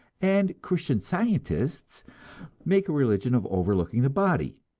and christian scientists make a religion of overlooking the body,